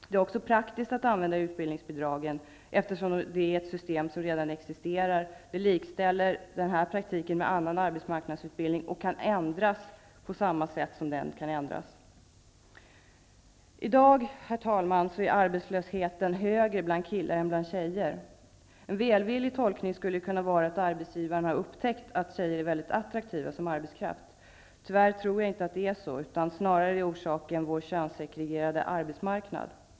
Det är också praktiskt att använda utbildningsbidragen, eftersom det är ett system som redan existerar. Det likställer denna praktik med annan arbetsmarknadsutbildning och innebär att ändringar kan ske på samma sätt som för denna. Herr talman! I dag är arbetslösheten högre bland killar än bland tjejer. En välvillig tolkning skulle kunna vara att arbetsgivarna har upptäckt att tjejer är mycket attraktiva som arbetskraft. Tyvärr tror jag inte att det är så. Orsaken är snarare vår könssegregerade arbetsmarknad.